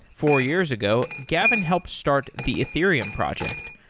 four years ago, gavin helped start the ethereum project.